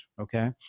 Okay